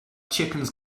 chickens